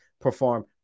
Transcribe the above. perform